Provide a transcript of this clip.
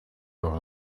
door